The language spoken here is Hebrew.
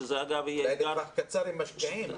שזה אגב --- אולי בטווח קצר הם משקיעים,